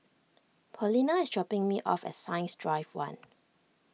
Paulina is dropping me off at Science Drive one